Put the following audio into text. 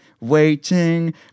waiting